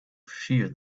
shear